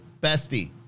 bestie